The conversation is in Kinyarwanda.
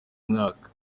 mwaka